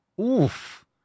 Oof